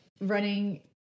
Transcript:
running